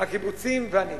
הקיבוצים ואני.